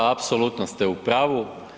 Apsolutno ste u pravu.